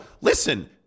listen